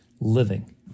living